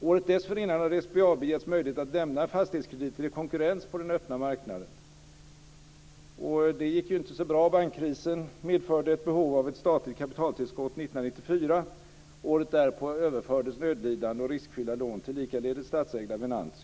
Året dessförinnan hade SBAB getts möjlighet att lämna fastighetskrediter i konkurrens på den öppna marknaden, och det gick ju inte så bra. Bankkrisen medförde ett behov av ett statligt kapitaltillskott 1994, och året därpå överfördes nödlidande och riskfyllda lån till likaledes statsägda Venantius AB.